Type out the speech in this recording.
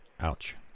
Ouch